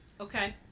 okay